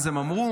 ואז הם אמרו,